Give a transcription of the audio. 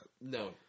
No